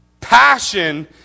passion